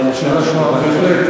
בהחלט.